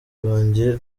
banjye